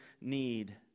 need